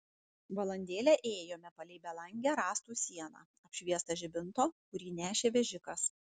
valandėlę ėjome palei belangę rąstų sieną apšviestą žibinto kurį nešė vežikas